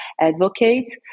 advocate